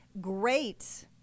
great